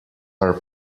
are